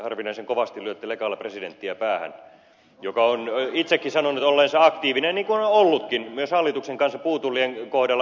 harvinaisen kovasti lyötte lekalla päähän presidenttiä joka on itsekin sanonut olleensa aktiivinen niin kuin on ollutkin myös hallituksen kanssa puutullien kohdalla